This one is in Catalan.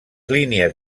línies